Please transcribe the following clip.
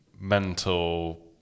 mental